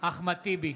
אחמד טיבי,